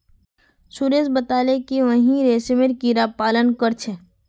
सुरेश बताले कि वहेइं रेशमेर कीड़ा पालन कर छे